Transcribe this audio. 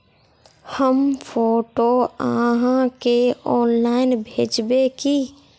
हम फोटो आहाँ के ऑनलाइन भेजबे की?